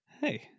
hey